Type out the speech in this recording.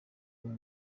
ubu